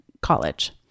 college